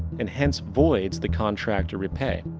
and hence, voids the contract to repay.